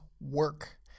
work